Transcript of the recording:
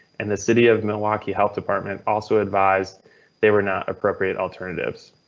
and the city of milwaukee health department also advised they were not appropriate alternatives.